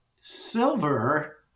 Silver